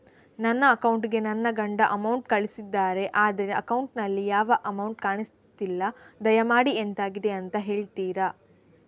ನನ್ನ ಅಕೌಂಟ್ ಗೆ ನನ್ನ ಗಂಡ ಅಮೌಂಟ್ ಕಳ್ಸಿದ್ದಾರೆ ಆದ್ರೆ ಅಕೌಂಟ್ ನಲ್ಲಿ ಯಾವ ಅಮೌಂಟ್ ಕಾಣಿಸ್ತಿಲ್ಲ ದಯಮಾಡಿ ಎಂತಾಗಿದೆ ಅಂತ ಹೇಳ್ತೀರಾ?